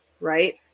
Right